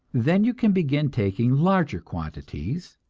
then you can begin taking larger quantities,